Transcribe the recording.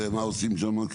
ומה עושים שם?